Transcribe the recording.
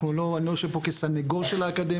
אני לא יושב פה כסניגור של האקדמיה,